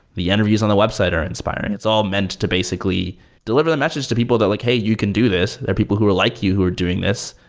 the interviews on the website are inspiring. it's all meant to basically deliver the message to people that like, hey, you can do this. there are people who are like you who are doing this,